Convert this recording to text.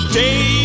day